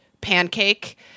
pancake